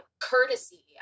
courtesy